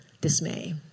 dismay